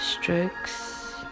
strokes